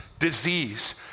disease